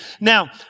Now